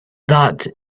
that